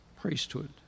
priesthood